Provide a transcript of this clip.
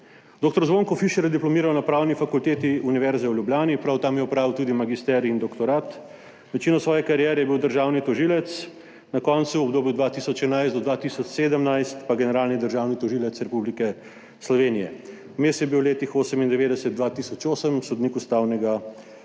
Dr. Zvonko Fišer je diplomiral na Pravni fakulteti Univerze v Ljubljani, prav tam je opravil tudi magisterij in doktorat. Večino svoje kariere je bil državni tožilec, na koncu v obdobju 2011 do 2017 pa generalni državni tožilec Republike Slovenije. Vmes je bil v letih od 1998 do 2008 sodnik Ustavnega